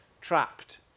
trapped